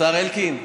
השר אלקין.